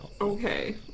Okay